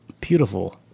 beautiful